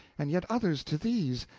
and yet others to these,